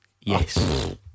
Yes